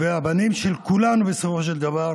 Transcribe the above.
הבנים של כולנו בסופו של דבר: